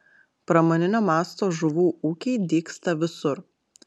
pramoninio masto žuvų ūkiai dygsta visur